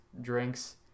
drinks